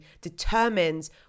determines